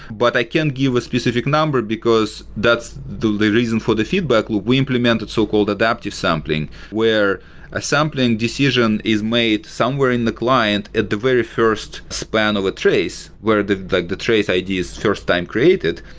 but i can't give a specific number because that's the the reason for the feedback, well, we implemented so-called adaptive sampling, where a sampling decision is made somewhere in the client at the very first span of a trace where the the trace id is first time created,